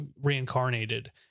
reincarnated